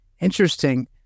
Interesting